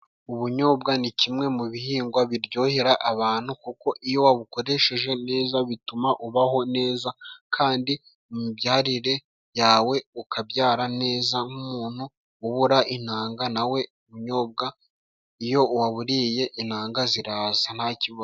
Ubunyobwa ni kimwe mu bihingwa biryohera abantu kuko iyo wabukoresheje neza bituma ubaho neza, kandi mu mibyarire yawe ukabyara neza nk'umuntu ubura intanga, nawe ubunyobwa iyo waburiye intanga zirasa ntakibazo.